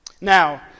Now